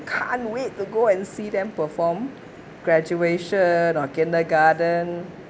can't wait to go and see them perform graduation on kindergarten